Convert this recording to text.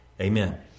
Amen